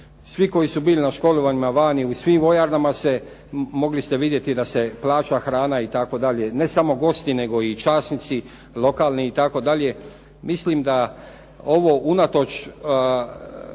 svi koji su bili na školovanjima vani, u svim vojarnama se, mogli ste vidjeti da se plaća hrana itd., ne samo gosti nego i časnici, lokalni itd. Mislim da ovo unatoč